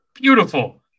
Beautiful